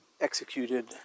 executed